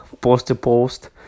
post-to-post